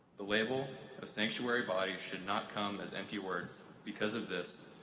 the label of sanctuary body should not come as empty words. because of this,